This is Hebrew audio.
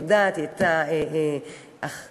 היא יודעת, היא הייתה, אחות?